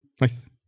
Nice